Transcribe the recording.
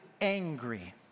angry